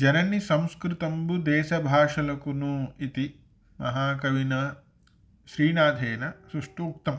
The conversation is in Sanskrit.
जननिसंस्कृतम्बुदेशभाषलुकुनु इति महाकविना श्रीनाथेन सुष्ठु उक्तम्